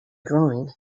drawing